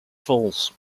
falls